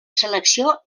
selecció